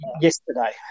yesterday